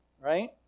right